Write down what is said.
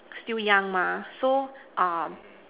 still young mah so um